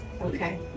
okay